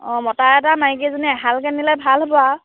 অঁ মতা এটা মাইকী এজনী এহালকৈ নিলে ভাল হ'ব আৰু